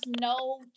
no